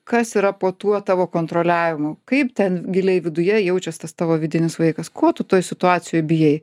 kas yra po tuo tavo kontroliavimu kaip ten giliai viduje jaučias tas tavo vidinis vaikas ko tu toj situacijoj bijai